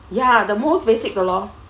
ya the most basic lor